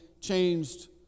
changed